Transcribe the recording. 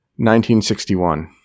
1961